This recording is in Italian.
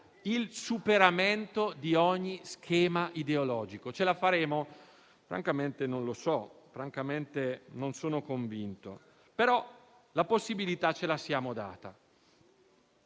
il superamento di ogni schema ideologico. Ce la faremo? Francamente, non lo so. Francamente, non sono convinto. La possibilità, però, ce la siamo data.